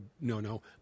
no-no